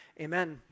amen